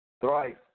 Thrice